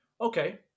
Okay